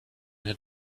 had